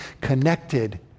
connected